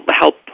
help